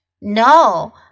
No